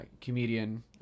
Comedian